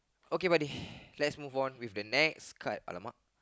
okay buddy let's move on with the next card !alamak!